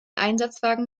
einsatzwagen